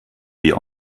wie